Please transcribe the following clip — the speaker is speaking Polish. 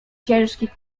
ciężki